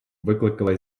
викликала